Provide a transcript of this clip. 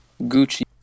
Gucci